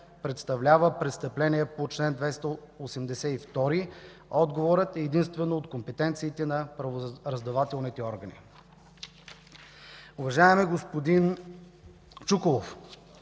представлява престъпление по чл. 282, отговорът е единствено от компетенциите на правораздавателните органи. Уважаеми господин Чуколов,